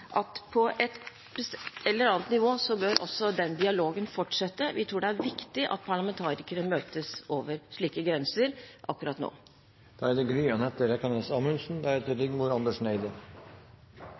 at på et eller annet nivå bør også den dialogen fortsette. Vi tror det er viktig at parlamentarikere møtes over slike grenser akkurat nå. Jeg er